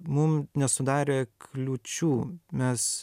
mum nesudarė kliūčių mes